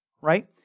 Right